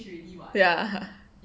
ya